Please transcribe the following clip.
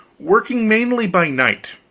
working mainly by night.